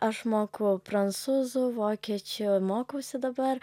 aš moku prancūzų vokiečių mokausi dabar